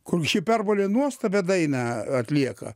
kur hiperbolė nuostabią dainą atlieka